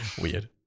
Weird